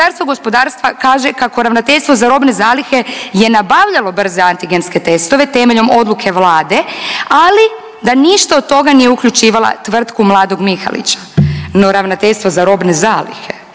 Ministarstvo gospodarstva kaže kako Ravnateljstvo za robne zalihe je nabavljalo brze antigenske testove temeljem odluke Vlade, ali da ništa od toga nije uključivala tvrtku mladog Mihalića. No, Ravnateljstvo za robne zalihe